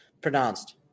pronounced